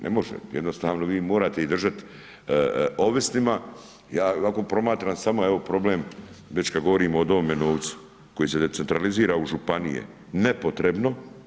Ne može, jednostavno vi ih morate držati ovisnima, ja ova promatram samo evo problem već kada govorimo o ovome novcu koji decentralizira u županije nepotrebno.